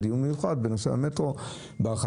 דיון מיוחד בנושא המטרו בהרחבה,